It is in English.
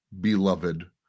beloved